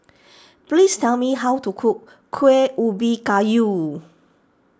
please tell me how to cook Kueh Ubi Kayu